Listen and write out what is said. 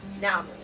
Now